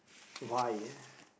why